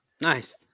Nice